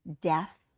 Death